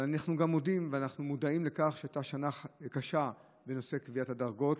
אנחנו מודעים לכך שהייתה שנה קשה בנושא קביעת הדרגות,